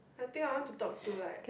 I think I want to talk to like